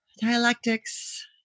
Dialectics